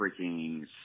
freaking